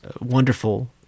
wonderful